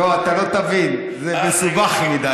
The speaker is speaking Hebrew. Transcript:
לא, אתה לא תבין, זה מסובך מדי.